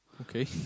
Okay